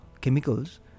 chemicals